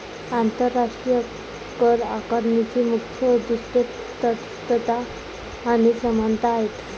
आंतरराष्ट्रीय करआकारणीची मुख्य उद्दीष्टे तटस्थता आणि समानता आहेत